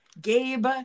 Gabe